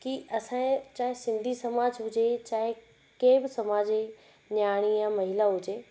कि असांजे चाहे सिंधी समाज हुजे चाहे के बि समाज जी नियाणी या महिला हुजे